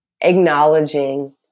acknowledging